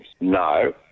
no